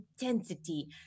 intensity